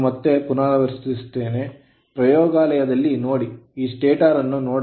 ನಾನು ಮತ್ತೆ ಪುನರಾವರ್ತಿಸುತ್ತೇನೆ ಪ್ರಯೋಗಾಲಯದಲ್ಲಿ ನೋಡಿ ಈ stator ಅನ್ನು ನೋಡಲು